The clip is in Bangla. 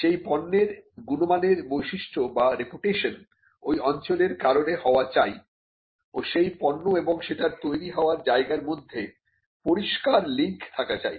সেই পণ্যের গুনমানের বৈশিষ্ট্য বা রেপুটেশন ওই অঞ্চলের কারণে হওয়া চাই ও সেই পণ্য এবং সেটার তৈরি হওয়ার জায়গার মধ্যে পরিষ্কার লিংক থাকা চাই